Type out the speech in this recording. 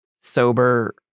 sober